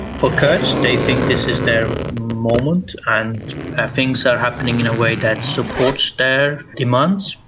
for kurds, they think this is their moment, and things are happening in a way that supports their demands.